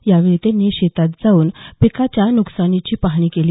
यावेळी त्यांनी शेतात जाऊन पिकांच्या नुकसानीची पाहणीही केली